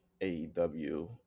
AEW